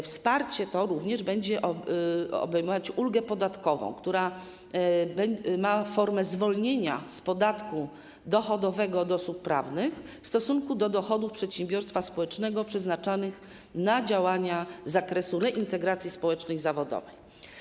Wsparcie to również będzie obejmować ulgę podatkową, która ma formę zwolnienia z podatku dochodowego od osób prawnych w stosunku do dochodów przedsiębiorstwa społecznego przeznaczanych na działania z zakresu reintegracji społecznej i zawodowej.